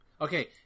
Okay